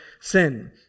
sin